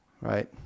right